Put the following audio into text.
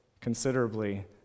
considerably